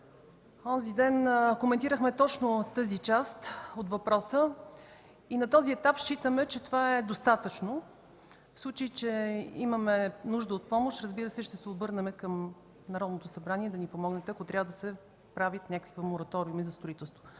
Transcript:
онзи ден коментирахме точно тази част от въпроса. На този етап считаме, че това е достатъчно. В случай че имаме нужда от помощ, разбира се ще се обърнем към Народното събрание да ни помогне, ако трябва да се прави някакъв Мораториум за строителство.